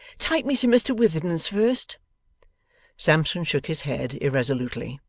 take me to mr witherden's first sampson shook his head irresolutely.